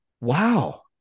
Wow